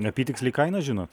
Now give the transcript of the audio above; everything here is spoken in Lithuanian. apytiksliai kainą žinot